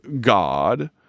God